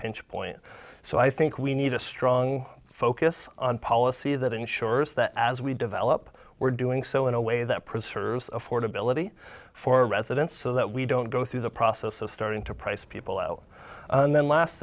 pinch point so i think we need a strong focus on policy that ensures that as we develop we're doing so in a way that preserves affordability for residents so that we don't go through the process of starting to price people out and then last